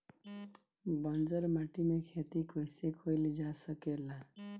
बंजर माटी में खेती कईसे कईल जा सकेला?